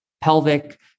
pelvic